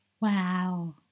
Wow